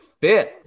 fifth